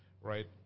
right